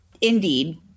Indeed